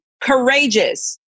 courageous